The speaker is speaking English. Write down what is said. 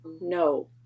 no